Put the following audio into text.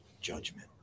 judgment